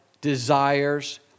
desires